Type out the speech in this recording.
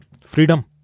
Freedom